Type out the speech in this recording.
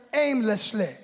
aimlessly